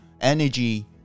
energy